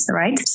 right